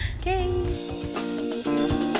Okay